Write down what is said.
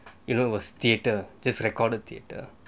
you know it was theatre just recorded theatre